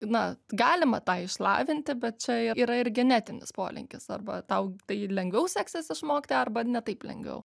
na galima tą išlavinti bet čia yra ir genetinis polinkis arba tau tai lengviau seksis išmokti arba ne taip lengviau